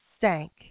sank